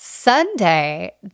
Sunday